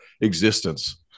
existence